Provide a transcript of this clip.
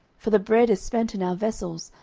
for the bread is spent in our vessels,